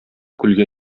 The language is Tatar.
күлгә